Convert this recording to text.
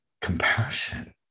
compassion